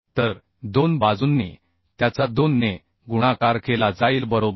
तर दोन बाजूंनी त्याचा 2 ने गुणाकार केला जाईल बरोबर